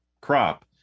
crop